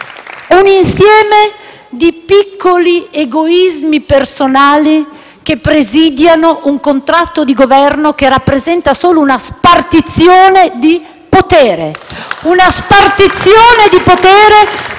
un insieme di piccoli egoismi personali che presidiano un contratto di Governo che rappresenta solo una spartizione di potere. *(Applausi dal